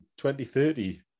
2030